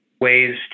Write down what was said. ways